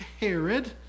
Herod